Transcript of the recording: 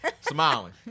smiling